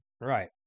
right